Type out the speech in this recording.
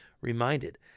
reminded